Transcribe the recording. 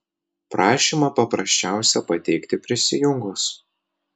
prašymą paprasčiausia pateikti prisijungus